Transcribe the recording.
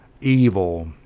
evil